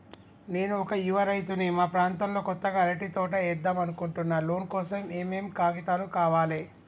నేను ఒక యువ రైతుని మా ప్రాంతంలో కొత్తగా అరటి తోట ఏద్దం అనుకుంటున్నా లోన్ కోసం ఏం ఏం కాగితాలు కావాలే?